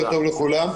לכולם.